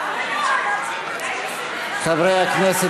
חברי הכנסת,